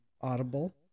Audible